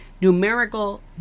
Numerical